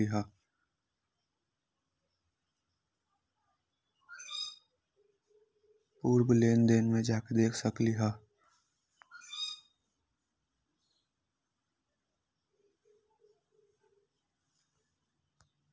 पूर्व लेन देन में जाके देखसकली ह?